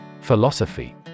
Philosophy